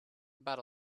about